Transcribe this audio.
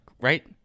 right